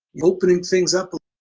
opening things up,